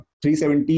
370